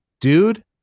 Dude